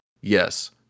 yes